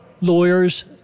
lawyers